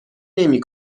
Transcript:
نمی